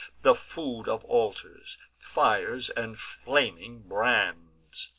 the food of altars fires and flaming brands.